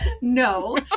No